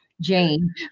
Jane